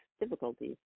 difficulties